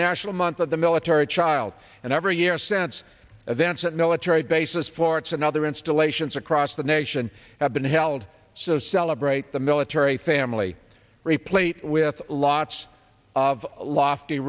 national month of the military child and every year sense events at military bases for its another installations across the nation have been held so celebrate the military family replete with lots of lofty